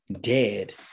dead